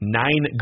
nine